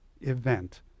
event